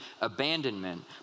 abandonment